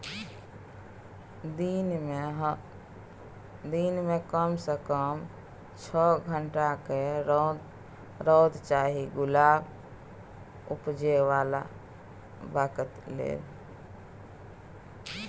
दिन मे कम सँ कम छअ घंटाक रौद चाही गुलाब उपजेबाक लेल